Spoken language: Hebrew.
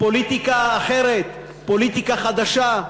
פוליטיקה אחרת, פוליטיקה חדשה,